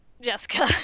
Jessica